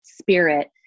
spirit